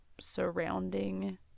surrounding